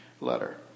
letter